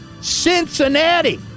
Cincinnati